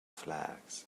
flags